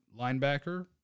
linebacker